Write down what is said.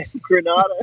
Granada